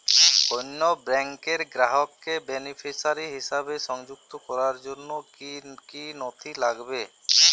অন্য ব্যাংকের গ্রাহককে বেনিফিসিয়ারি হিসেবে সংযুক্ত করার জন্য কী কী নথি লাগবে?